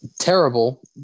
terrible